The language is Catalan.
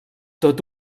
tot